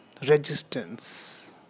resistance